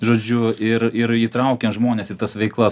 žodžiu ir ir įtraukiam žmones į tas veiklas